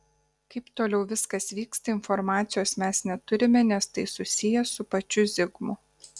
kaip toliau viskas vyksta informacijos mes neturime nes tai susiję su pačiu zigmu